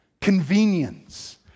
Convenience